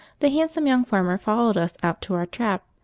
the handsome young farmer followed us out to our trap,